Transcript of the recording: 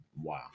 Wow